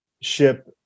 ship